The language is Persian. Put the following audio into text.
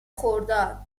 خرداد